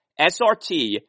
SRT